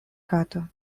kato